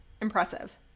Impressive